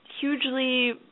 hugely